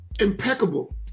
impeccable